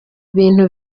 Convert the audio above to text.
bintu